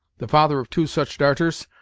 the father of two such darters,